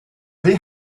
they